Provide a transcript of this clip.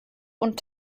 und